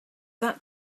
that